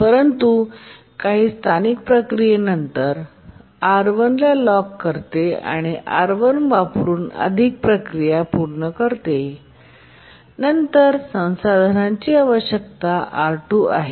परंतु नंतर काही स्थानिक प्रक्रिये नंतर ते R1 ला लॉक करते आणि नंतर R1 वापरून अधिक प्रक्रिया करते आणि नंतर संसाधनांची आवश्यकता R2 आहे